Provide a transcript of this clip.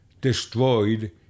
destroyed